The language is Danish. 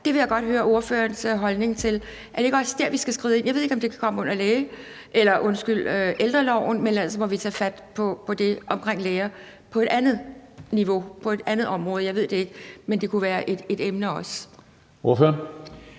Det vil jeg godt høre ordførerens holdning til. Er det ikke også der, vi skal skride ind? Jeg ved ikke, om det kan komme under ældreloven, men ellers må vi tage fat på det omkring læger på et andet niveau, på et andet område; jeg ved det ikke, men det kunne også være et emne.